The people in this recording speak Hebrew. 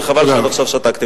וחבל שעד עכשיו שתקתם.